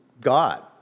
God